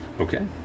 Okay